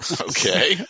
Okay